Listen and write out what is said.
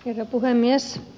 herra puhemies